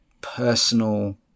personal